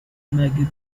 maggie